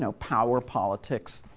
so power, politics,